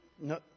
no